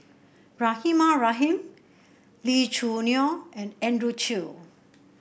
Rahimah Rahim Lee Choo Neo and Andrew Chew